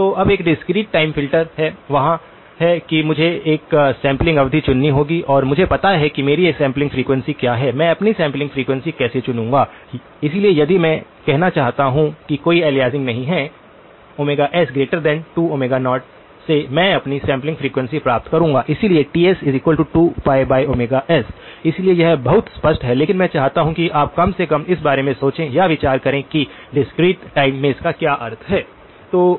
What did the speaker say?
तो अब एक डिस्क्रीट टाइम फ़िल्टर है वहाँ है कि मुझे एक सैंपलिंग अवधि चुननी होगी और मुझे पता है कि मेरी सैंपलिंग फ्रीक्वेंसी क्या है मैं अपनी सैंपलिंग फ्रीक्वेंसी कैसे चुनूंगा इसलिए यदि मैं कहना चाहता हूं कि कोई अलियासिंग नहीं है s≥2 0 से मैं अपनी सैंपलिंग फ्रीक्वेंसी प्राप्त करूंगा इसलिए Ts2πs इसलिए यह बहुत स्पष्ट है लेकिन मैं चाहता हूं कि आप कम से कम इस बारे में सोचें या विचार करें कि डिस्क्रीट टाइम में इसका क्या अर्थ है